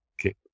Okay